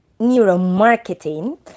neuromarketing